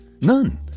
None